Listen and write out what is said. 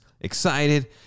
excited